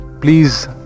please